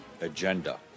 agenda